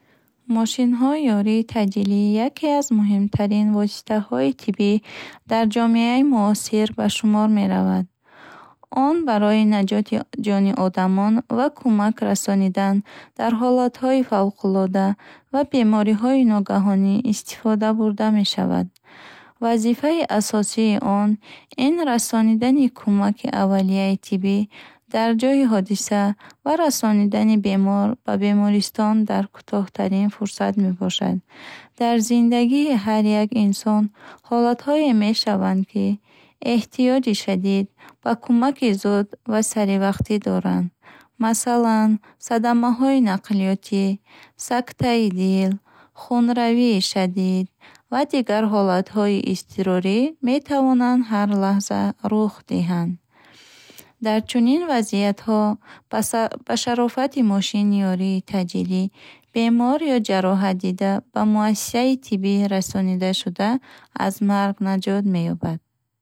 Мошинҳои ёрии таъҷилӣ яке аз муҳимтарин воситаҳои тиббӣ дар ҷомеаи муосир ба шумор меравад. Он барои наҷоти ҷони одамон ва кӯмак расонидан дар ҳолатҳои фавқулода ва бемориҳои ногаҳонӣ истифода бурда мешавад. Вазифаи асосии он ин расонидани кӯмаки аввалияи тиббӣ дар ҷои ҳодиса ва расондани бемор ба бемористон дар кӯтоҳтарин фурсат мебошад. Дар зиндагии ҳар як инсон ҳолатҳое мешаванд, ки эҳтиёҷи шадид ба кӯмаки зуд ва саривақтӣ доранд. Масалан, садамаҳои нақлиётӣ, сактаи дил, хунравии шадид, ва дигар ҳолатҳои изтирорӣ метавонанд ҳар лаҳза рух диҳанд. Дар чунин вазъиятҳо, ба са ба шарофати мошини ёрии таъҷилӣ, бемор ё ҷароҳатдида ба муассисаи тиббӣ расонида шуда, аз марг наҷот меёбад.